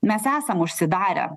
mes esam užsidarę